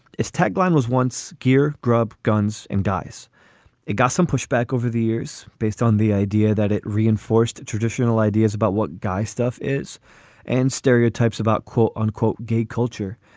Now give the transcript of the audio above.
its tagline was once. gear, grub, guns and guys got some pushback over the years based on the idea that it reinforced traditional ideas about what guy stuff is and stereotypes about quote unquote gay culture.